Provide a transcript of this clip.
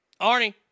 Arnie